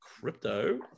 crypto